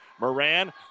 Moran